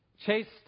chased